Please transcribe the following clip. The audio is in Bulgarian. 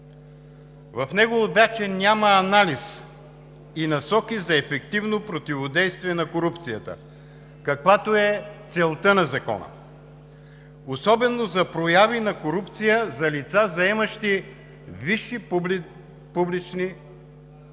В него обаче няма анализ и насоки за ефективно противодействие на корупцията, каквато е целта на Закона, особено за прояви на корупция за лица, заемащи висши публични длъжности.